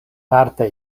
parte